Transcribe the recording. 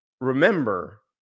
remember